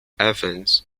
evans